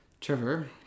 trevor